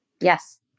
Yes